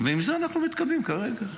ועם זה אנחנו מתקדמים כרגע.